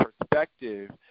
perspective